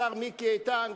השר מיקי איתן,